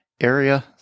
Area